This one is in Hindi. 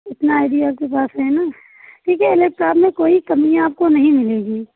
इतना आई डी आपके पास है न ठीक है लेप्टोप में कोई कमी आपको नहीं मिलेगी